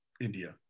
India